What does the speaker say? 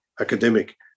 academic